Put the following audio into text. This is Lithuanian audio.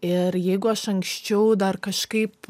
ir jeigu aš anksčiau dar kažkaip